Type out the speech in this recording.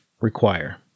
require